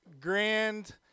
grand